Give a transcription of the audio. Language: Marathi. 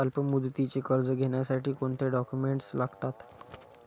अल्पमुदतीचे कर्ज घेण्यासाठी कोणते डॉक्युमेंट्स लागतात?